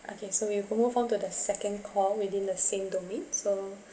okay so we move on to the second call within the same domain so